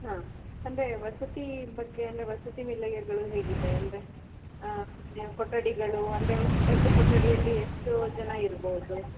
ಹಾಂ ಅಂದರೆ ವಸತಿ ಬಗ್ಗೆ ಅಂದರೆ ವಸತಿ ನಿಲಯಗಳು ಹೇಗಿದೆ ಅಂದರೆ ಅಲ್ಲಿಯ ಕೊಠಡಿಗಳು ಅಂದರೆ ಒಂದು ಕೊಠಡಿಯಲ್ಲಿ ಎಷ್ಟು ಜನ ಇರ್ಬೌದು